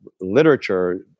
literature